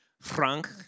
Frank